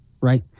right